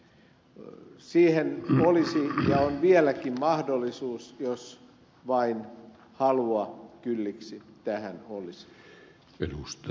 sen korjaamiseen olisi ja on vieläkin mahdollisuus jos vain halua kylliksi tähän olisi